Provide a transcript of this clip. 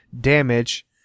damage